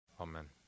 Amen